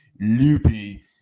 loopy